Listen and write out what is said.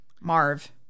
marv